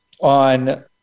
on